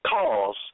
cause